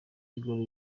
w’ingoro